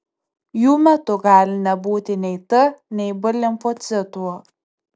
jų metu gali nebūti nei t nei b limfocitų